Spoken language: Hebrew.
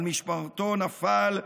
על משמרתו נפל,